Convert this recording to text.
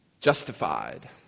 Justified